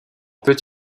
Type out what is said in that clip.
peut